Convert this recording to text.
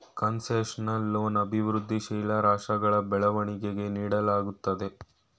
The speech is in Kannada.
ಕನ್ಸೆಷನಲ್ ಲೋನ್ ಅಭಿವೃದ್ಧಿಶೀಲ ರಾಷ್ಟ್ರಗಳ ಬೆಳವಣಿಗೆಗೆ ನೀಡಲಾಗುತ್ತದೆ